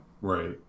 right